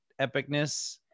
epicness